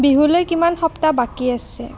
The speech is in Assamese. বিহুলৈ কিমান সপ্তাহ বাকী আছে